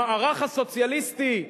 המערך הסוציאליסטי דיבר,